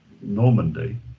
Normandy